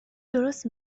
درست